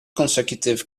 consecutive